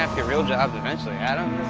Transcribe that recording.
um get real jobs eventually, adam.